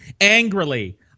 angrily